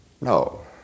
No